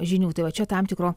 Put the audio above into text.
žinių tai va čia tam tikro